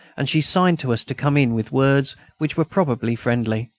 and she signed to us to come in, with words which were probably friendly.